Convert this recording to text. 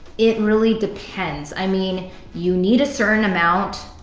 it really depends. i mean you need a certain amount.